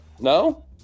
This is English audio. No